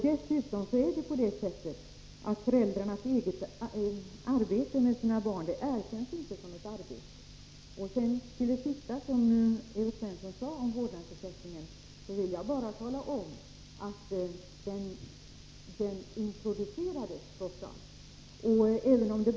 Dessutom erkänns inte föräldrarnas egen vård av sina barn som ett arbete. Med anledning av det sista som Evert Svensson sade om vårdnadsersättningen vill jag bara tala om att ersättningen trots allt introducerades under den icke-socialistiska regeringstiden.